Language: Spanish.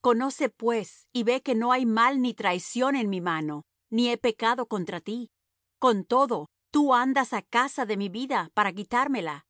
conoce pues y ve que no hay mal ni traición en mi mano ni he pecado contra ti con todo tú andas á caza de mi vida para quitármela